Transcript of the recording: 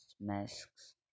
masks